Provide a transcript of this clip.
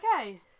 okay